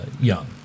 young